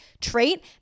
trait